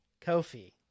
Kofi